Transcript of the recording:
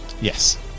Yes